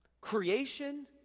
Creation